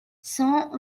cent